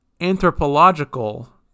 anthropological